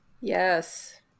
yes